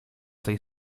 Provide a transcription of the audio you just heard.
tej